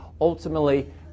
ultimately